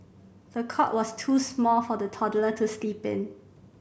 the cot was too small for the toddler to sleep in